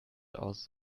aus